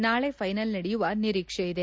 ನಾಳೆ ಫೈನಲ್ ನಡೆಯುವ ನಿರೀಕ್ಸೆ ಇದೆ